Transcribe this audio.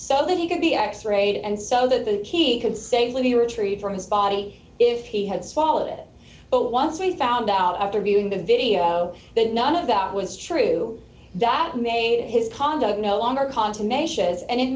so that he could be x rayed and so that the key could safely be retrieved from his body if he had swallowed it but once we found out after viewing the video that none of that was true that may his conduct no longer confirmation as and it